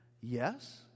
yes